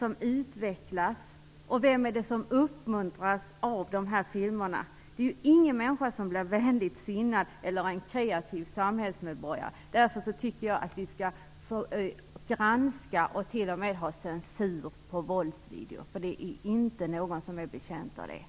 Vem utvecklas och uppmuntras av de här filmerna? Ingen människa blir vänligt sinnad eller en kreativ samhällsmedborgare av dem. Jag tycker att vi skall granska och t.o.m. ha censur på våldsvideor. Det är ingen som är betjänt av dem.